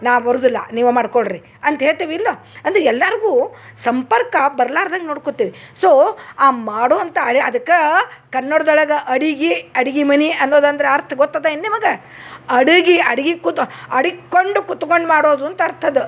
ನಾ ಬರುದಿಲ್ಲ ನೀವು ಮಾಡ್ಕೊಳ್ರಿ ಅಂತ ಹೇಳ್ತೀವಿ ಇಲ್ಲವೋ ಅಂದ್ರ ಎಲ್ಲಾರಿಗೂ ಸಂಪರ್ಕ ಬರ್ಲಾರ್ದಂಗ ನೋಡ್ಕೊತೀವಿ ಸೋ ಆ ಮಾಡುವಂಥ ಅದಕ್ಕಾ ಕನ್ನಡ್ದೊಳಗ ಅಡಿಗಿ ಅಡಿಗಿ ಮನಿ ಅನ್ನೋದಂದ್ರ ಅರ್ಥ ಗೊತ್ತದೇನ ನಿಮಗೆ ಅಡಗಿ ಅಡಿಗಿ ಕುದ್ದು ಅಡಿಕೊಂಡು ಕೂತ್ಕೊಂಡು ಮಾಡೋದು ಅಂತ ಅರ್ಥ ಅದು